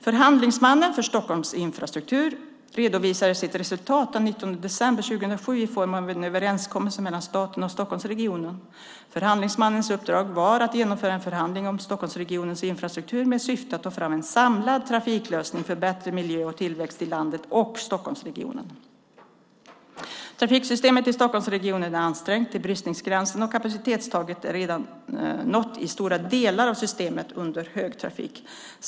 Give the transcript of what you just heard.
Förhandlingsmannen för Stockholms infrastruktur redovisade sitt resultat den 19 december 2007 i form av en överenskommelse mellan staten och Stockholmsregionen. Förhandlingsmannens uppdrag var att genomföra en förhandling om Stockholmsregionens infrastruktur med syfte att ta fram en samlad trafiklösning för bättre miljö och tillväxt i landet och Stockholmsregionen. Trafiksystemet i Stockholmsregionen är ansträngt till bristningsgränsen, och kapacitetstaket är redan nått i stora delar av systemet under högtrafik.